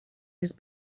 his